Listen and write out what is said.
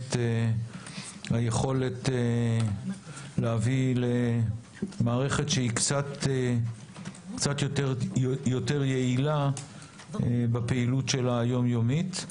באמת היכולת להביא למערכת שהיא קצת יותר יעילה בפעילות היומיומית שלה.